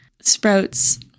sprouts